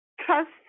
trust